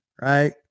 right